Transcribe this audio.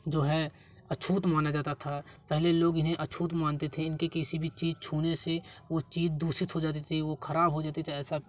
जो है अछूत माना जाता था पहले लोग इन्हें अछूत मानते थे इनके किसी भी चीज छूने से वो चीज दूषित हो जाती थी वो खराब हो जाती थी ऐसा